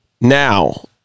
now